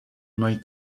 made